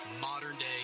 modern-day